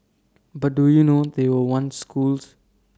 but do you know they were once schools